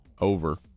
over